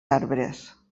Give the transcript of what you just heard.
arbres